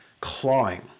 clawing